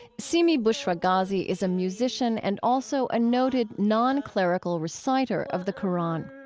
seemi bushra ghazi is a musician and also a noted non-clerical reciter of the qur'an